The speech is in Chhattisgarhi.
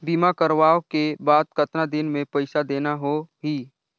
बीमा करवाओ के बाद कतना दिन मे पइसा देना हो ही?